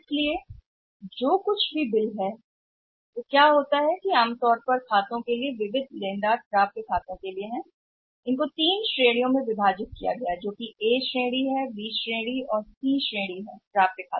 इसलिए जो कुछ भी हो बिल वहाँ हैं तो क्या होता है कि आम तौर पर खातों के लिए कुल विविध क्रेडिट होते हैं प्राप्य मैं इसे कहते हैं वे तीन श्रेणियों में विभाजित हैं जो कि ए श्रेणी बी श्रेणी है और खातों की सी श्रेणी प्राप्य अधिकार